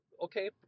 Okay